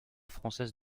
française